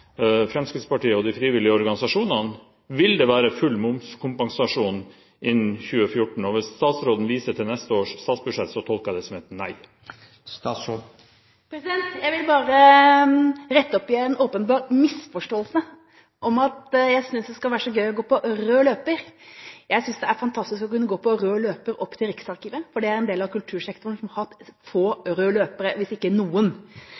Fremskrittspartiet og de frivillige organisasjonene spørre: Vil det være full momskompensasjon innen 2014? Hvis statsråden viser til neste års statsbudsjett, tolker jeg det som et nei. Jeg vil bare rette opp en åpenbar misforståelse, at jeg synes det skal være så gøy å gå på rød løper. Jeg synes det er fantastisk å kunne gå på rød løper opp til Riksarkivet, for det er en del av kultursektoren som har hatt få røde løpere, hvis noen.